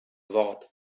wort